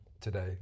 today